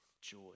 joy